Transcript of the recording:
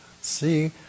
See